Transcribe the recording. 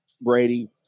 Brady